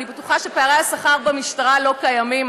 אני בטוחה שפערי השכר במשטרה לא קיימים,